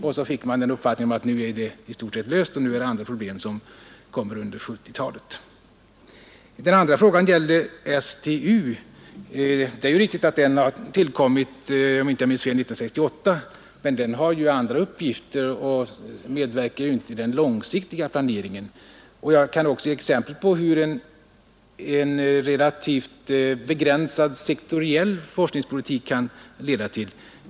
Sedan får man den uppfattningen att nu är det problemet i stort sett löst och att det är andra problem som kommer under 1970-talet. Den andra frågan gäller STU. Om jag inte minns fel tillkom den 1968, men den har andra uppgifter och medverkar inte i den långsiktiga planeringen. Jag kan också ge exempel på vad en relativt begränsad sektoriell forskningspolitik kan leda till.